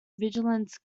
vigilance